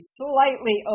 slightly